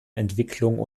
entwicklung